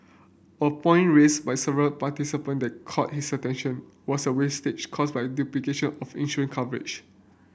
a point raised by several participant that caught his attention was a wastage caused by duplication of insurance coverage